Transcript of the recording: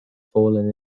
fallen